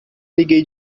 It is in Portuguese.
liguei